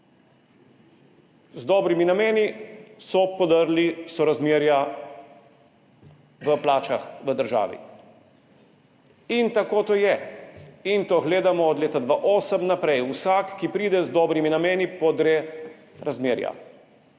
Z dobrimi nameni so podrli sorazmerja v plačah v državi. Tako to je in to gledamo od leta 2008 naprej. Vsak, ki pride z dobrimi nameni, podre razmerja.